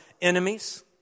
enemies